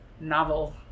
novel